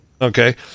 Okay